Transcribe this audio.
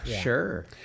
sure